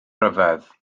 ryfedd